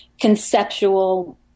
conceptual